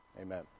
Amen